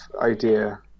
idea